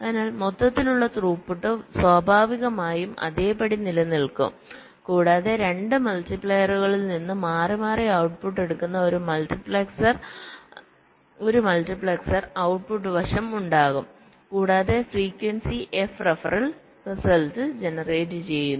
അതിനാൽ മൊത്തത്തിലുള്ള ത്രൂപുട്ട് സ്വാഭാവികമായും അതേപടി നിലനിൽക്കും കൂടാതെ 2 മൾട്ടിപ്ലയറുകളിൽ നിന്ന് മാറിമാറി ഔട്ട്പുട്ട് എടുക്കുന്ന ഒരു മൾട്ടിപ്ലക്സർ ഔട്ട്പുട്ട് വശം ഉണ്ടാകും കൂടാതെ ഫ്രീക്വൻസി എഫ് റഫറിൽ റിസൾട്ട് ജനറേറ്റ് ചെയ്യുന്നു